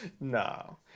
no